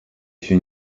się